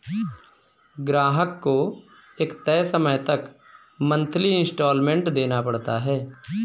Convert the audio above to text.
ग्राहक को एक तय समय तक मंथली इंस्टॉल्मेंट देना पड़ता है